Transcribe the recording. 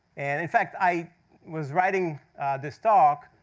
and in fact, i was writing this talk,